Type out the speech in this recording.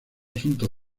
asunto